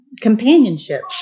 companionship